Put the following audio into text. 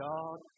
God